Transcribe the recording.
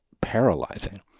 paralyzing